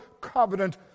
covenant